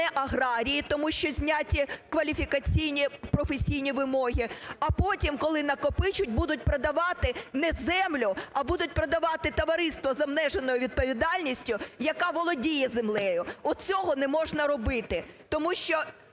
аграрії, тому що зняті кваліфікаційні професійні вимоги, а потім, коли накопичать, будуть продавати не землю, а будуть продавати товариство з обмеженою відповідальністю, яка володіє землею. От цього не можна робити, тому що